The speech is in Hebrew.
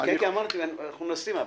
אני אומר לו שהולכים לייקר את השפדן,